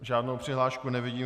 Žádnou přihlášku nevidím.